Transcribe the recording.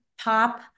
Pop